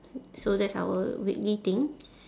so that's our weekly thing